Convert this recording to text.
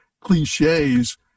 cliches